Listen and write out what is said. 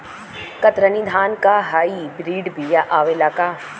कतरनी धान क high breed बिया आवेला का?